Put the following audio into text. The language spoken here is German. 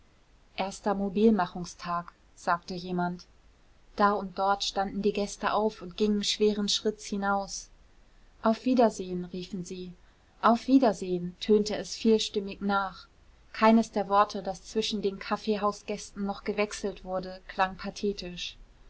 erster mobilmachungstag sagte jemand da und dort standen die gäste auf und gingen schweren schritts hinaus auf wiedersehen riefen sie auf wiedersehen tönte es vielstimmig nach keines der worte das zwischen den kaffeehausgästen noch gewechselt wurde klang pathetisch